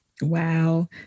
wow